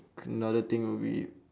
another thing would be